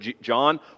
John